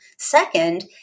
Second